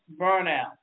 burnout